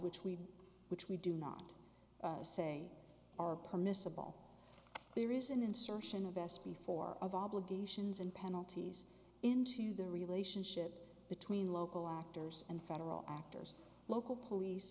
which we which we do not say are permissible there is an insertion of best before of obligations and penalties into the relationship between local actors and federal actors local police